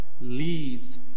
leads